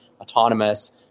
autonomous